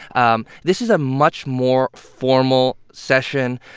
um this is a much more formal session,